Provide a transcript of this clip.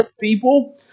people